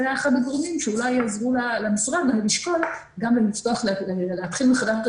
זה היה אחד הגורמים שאולי עזרו למשרד גם לשקול להתחיל מחדש את